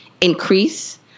increase